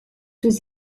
was